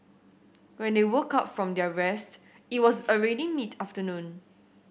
when they woke up from their rest it was already mid afternoon